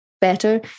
better